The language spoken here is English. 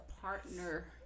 partner